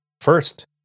first